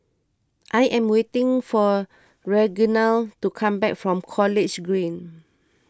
I am waiting for Reginald to come back from College Green